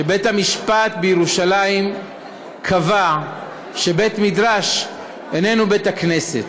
שבית-המשפט בירושלים קבע שבית-מדרש איננו בית-הכנסת,